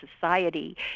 society